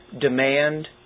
demand